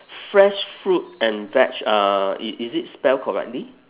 fresh fruit and veg uh is is it spell correctly